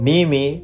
Mimi